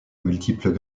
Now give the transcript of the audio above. multiples